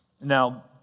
Now